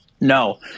No